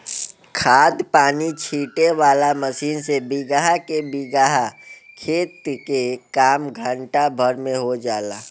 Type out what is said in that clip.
खाद पानी छीटे वाला मशीन से बीगहा के बीगहा खेत के काम घंटा भर में हो जाला